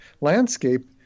landscape